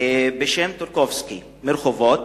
בשם טולקובסקי מרחובות,